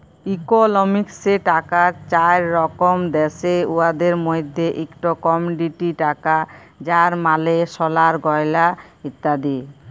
ইকলমিক্সে টাকার চার রকম দ্যাশে, উয়াদের মইধ্যে ইকট কমডিটি টাকা যার মালে সলার গয়লা ইত্যাদি